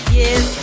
yes